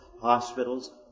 hospitals